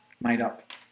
made-up